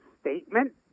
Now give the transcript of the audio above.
statement